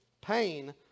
pain